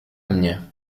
mnie